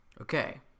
Okay